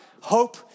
hope